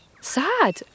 sad